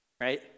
Right